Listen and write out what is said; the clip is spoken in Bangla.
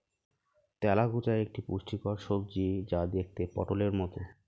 তেলাকুচা একটি পুষ্টিকর সবজি যা দেখতে পটোলের মতো